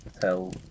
tell